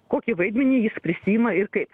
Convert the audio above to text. kokį vaidmenį jis prisiima ir kaip